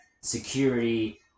security